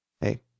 Hey